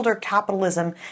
capitalism